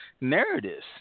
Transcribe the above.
narratives